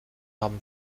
haben